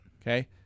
Okay